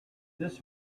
this